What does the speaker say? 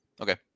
Okay